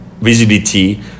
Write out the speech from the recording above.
visibility